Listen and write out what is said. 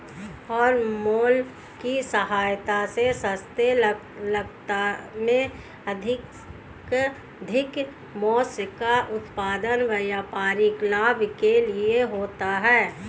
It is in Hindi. हॉरमोन की सहायता से सस्ते लागत में अधिकाधिक माँस का उत्पादन व्यापारिक लाभ के लिए होता है